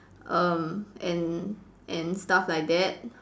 um and and stuff like that